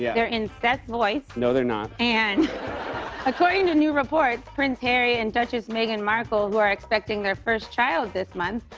yeah they're in seth's voice. no, they're not. and according to new reports, prince harry and duchess meghan markle, who are expecting their first child this month,